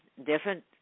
different